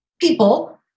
people